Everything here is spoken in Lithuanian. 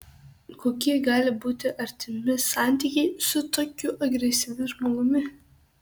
kokie gali būti artimi santykiai su tokiu agresyviu žmogumi